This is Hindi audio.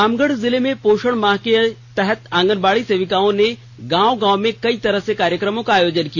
रामगढ़ जिले में पोषण माह के तहत आंगनबाड़ी सेविकाओं गांव गांव में कई तरह से कार्यक्रमों का आयोजन किया